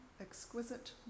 exquisite